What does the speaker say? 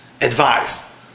advice